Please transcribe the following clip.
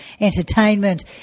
entertainment